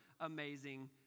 amazing